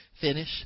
finish